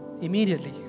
immediately